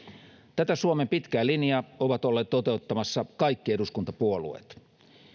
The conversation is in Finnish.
tätä suomen pitkää linjaa ovat olleet toteuttamassa kaikki eduskuntapuolueet